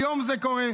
היום זה קורה,